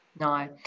No